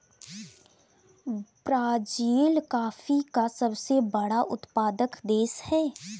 Brazil coffee का सबसे बड़ा उत्पादक देश है